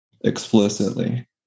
explicitly